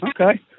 Okay